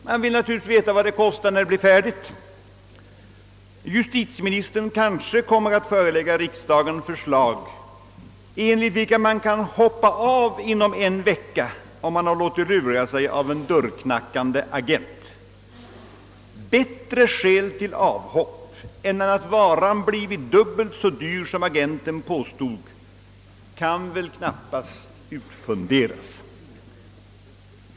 Man vill naturligtvis veta vad det kostar när det blir fullt färdigt. Justitieministern kanske kommer att förelägga riksdagen förslag, enligt vilka man kan hoppa av inom en vecka om man låtit lura sig av en dörrknackande agent. Bättre skäl till avhopp än att varan blivit dubbelt så dyr som agenten påstod kan väl knappast utfunderas.